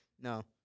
No